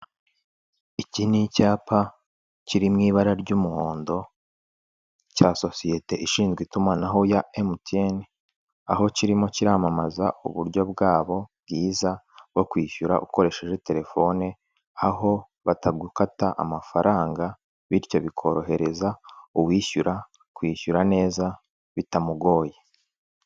Iki ni icyapa kiri mu ibara ry'umuhondo cya Sosiyete ishinzwe Itumanaho ya MTN, aho kirimo kiramamaza uburyo bwabo bwiza bwo kwishyura ukoresheje telefoni aho batagukata amafaranga, bityo bikorohereza uwishyura kwishyura neza bitamugoye.